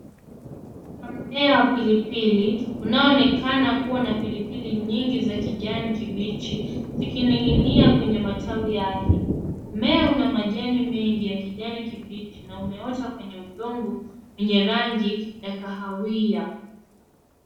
Kuna mmea wa pilipili unao onekana kuwa na pilipili nyingi za kijani kibichi, zikininginia kwenye matawi yake. Mmea una majani mengi ya kijani kibichi na umeota kwenye udongo wenye rangi ya kahawia.